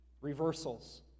Reversals